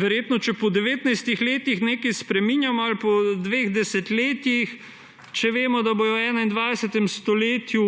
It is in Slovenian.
verjetno, če po 19 letih nekaj spreminjamo ali po dveh desetletjih, če vemo, da bodo v 21. stoletju